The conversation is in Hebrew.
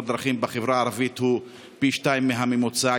הדרכים בחברה הערבית הוא פי שניים מהממוצע.